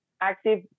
active